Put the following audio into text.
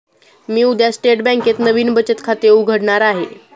मी उद्या स्टेट बँकेत नवीन बचत खाते उघडणार आहे